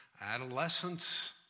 adolescence